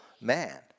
man